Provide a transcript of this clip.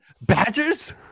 Badgers